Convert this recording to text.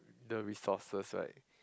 the resources right